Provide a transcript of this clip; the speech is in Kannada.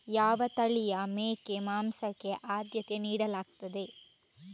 ಯಾವ ತಳಿಯ ಮೇಕೆ ಮಾಂಸಕ್ಕೆ ಆದ್ಯತೆ ನೀಡಲಾಗ್ತದೆ?